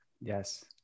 Yes